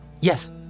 Yes